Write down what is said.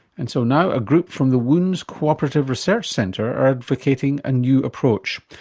and so now a group from the wounds cooperative research centre are advocating a new approach,